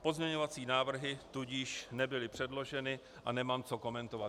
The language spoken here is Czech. Pozměňovací návrhy tudíž nebyly předloženy a nemám co komentovat.